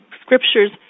scriptures